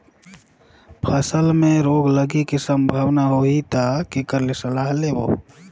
फसल मे रोग लगे के संभावना होही ता के कर ले सलाह लेबो?